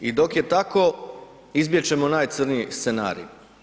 I dok je tako izbjeć ćemo najcrnji scenarij.